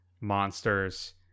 monsters